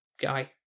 guy